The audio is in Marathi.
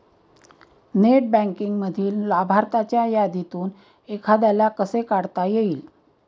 नेट बँकिंगमधील लाभार्थ्यांच्या यादीतून एखाद्याला कसे काढता येईल?